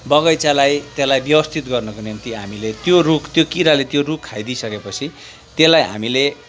बगैँचालाई त्यसलाई व्यवस्थित गर्नुको निम्ति हामीले त्यो रुख त्यो किराले त्यो रुख खाइदिइसकेपछि त्यसलाई हामीले